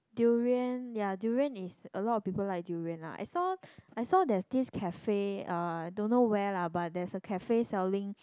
durian ya durian is a lot of people like durian lah I saw I saw there is this cafe uh I don't know where lah but there is a cafe selling